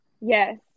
Yes